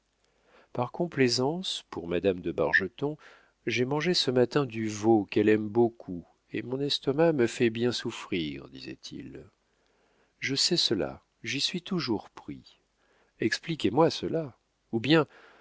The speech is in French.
par complaisance pour madame de bargeton j'ai mangé ce matin du veau qu'elle aime beaucoup et mon estomac me fait bien souffrir disait-il je sais cela j'y suis toujours pris expliquez-moi cela ou bien